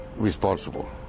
responsible